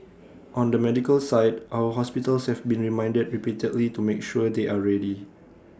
on the medical side our hospitals have been reminded repeatedly to make sure they are ready